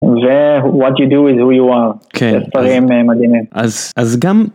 מה שאתה עושה זה מה שאתה רוצה